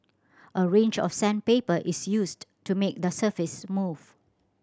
a range of sandpaper is used to make the surface smooth